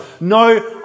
No